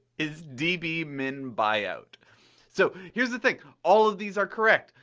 is dbminbuyout. so, here's the thing, all of these are correct.